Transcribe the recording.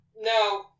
No